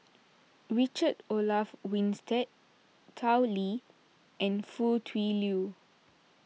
Richard Olaf Winstedt Tao Li and Foo Tui Liew